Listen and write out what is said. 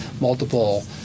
multiple